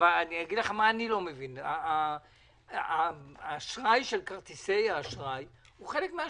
אגיד לך מה אני לא מבין: האשראי של כרטיסי האשראי הוא חלק מן